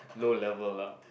low level lah